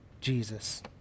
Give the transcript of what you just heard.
Jesus